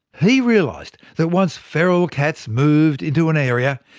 he realised that once feral cats moved into an area,